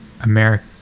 America